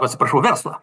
atsiprašau verslą